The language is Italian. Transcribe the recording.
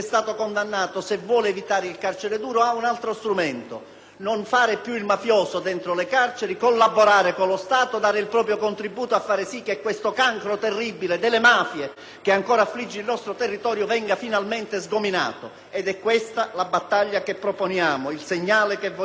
non fare più il mafioso e collaborare con lo Stato, dare il proprio contributo a far sì che il cancro terribile delle mafie, che ancora affligge il nostro territorio, venga finalmente sgominato. Questa è la battaglia che proponiamo, il segnale che vogliamo mandare all'esterno. Vedete, colleghi senatori,